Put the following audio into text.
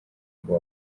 ngo